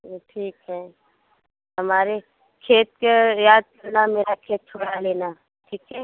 चलो ठीक है हमारे खेत को याद करना मेरा खेत छोड़ा लेना ठीक है